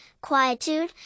quietude